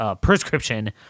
prescription